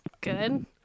good